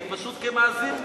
אני פשוט כמאזין מתעניין.